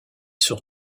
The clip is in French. sur